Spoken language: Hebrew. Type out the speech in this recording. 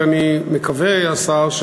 ואני מקווה, השר,